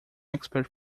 expert